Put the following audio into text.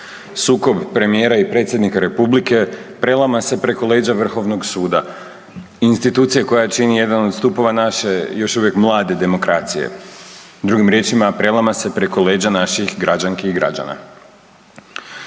Sukob premijera i predsjednika Republike prelama se preko leđa Vrhovnog suda. Institucije koja čini jedan od stupova naše još uvijek mlade demokracije. Drugim riječima, prelama se preko leđa naših građanki i građana.